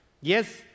Yes